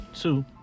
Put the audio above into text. Two